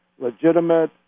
legitimate